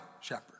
shepherd